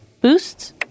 boosts